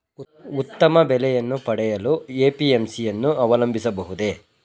ಉತ್ತಮ ಬೆಲೆಯನ್ನು ಪಡೆಯಲು ಎ.ಪಿ.ಎಂ.ಸಿ ಯನ್ನು ಅವಲಂಬಿಸಬಹುದೇ?